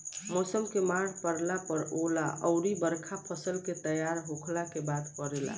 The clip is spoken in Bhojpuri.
मौसम के मार पड़ला पर ओला अउर बरखा फसल के तैयार होखला के बाद पड़ेला